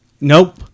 Nope